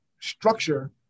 structure